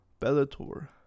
Bellator